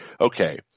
okay